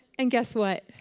and guess what?